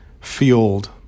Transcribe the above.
fueled